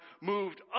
moved